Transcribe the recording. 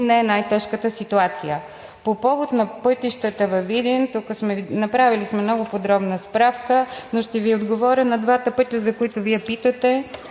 е най-тежката ситуация. По повод на пътищата във Видин – направили сме много подробна справка, но ще Ви отговоря за двата пътя, за които Вие питате.